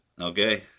Okay